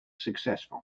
successful